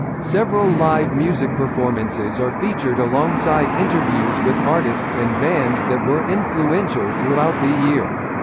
several live musicperformances are featured alongside interviews with artists and bands that were influential throughout the year.